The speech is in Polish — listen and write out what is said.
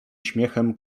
śmiechem